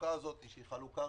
החלוקה הזאת היא רגישה.